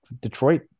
Detroit